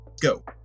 Go